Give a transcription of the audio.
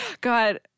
god